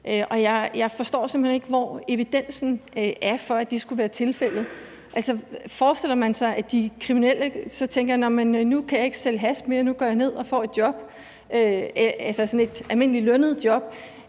hen ikke, hvor evidensen for, at det skulle være tilfældet, er. Forestiller man sig, at de kriminelle så tænker: Nå, nu kan jeg ikke sælge hash mere, så nu går jeg ned og får sådan et almindeligt lønnet job?